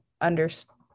understand